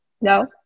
No